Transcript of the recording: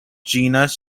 genus